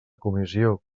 comissió